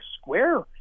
square